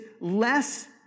less